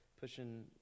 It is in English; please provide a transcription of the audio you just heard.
pushing